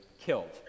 killed